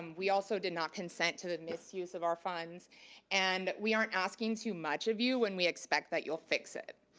um we also did not consent to the misuse of our funds and we aren't asking too much of you when we expect that you'll fix it.